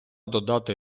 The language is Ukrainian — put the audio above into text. додати